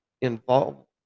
involved